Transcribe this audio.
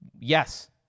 yes